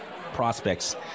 prospects